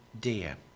dear